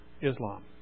Islam